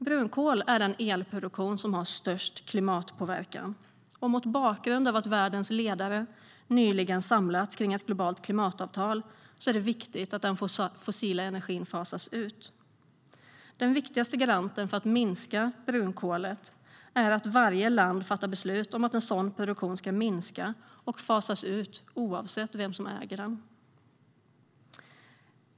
Brunkol är den elproduktion som har störst klimatpåverkan, och mot bakgrund av att världens ledare nyligen samlats kring ett globalt klimatavtal är det viktigt att den fossila energin fasas ut. Den viktigaste garanten för att minska brunkolet är att varje land fattar beslut om att sådan produktion ska minskas och fasas ut oavsett vem som äger den.